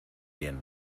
bien